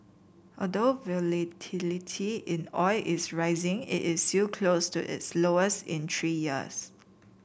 although volatility in oil is rising it is still close to its lowest in three years